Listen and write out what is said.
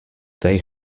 they